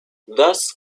thus